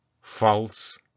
false